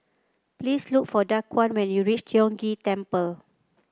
please look for Daquan when you reach Tiong Ghee Temple